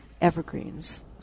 evergreens